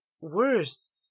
worse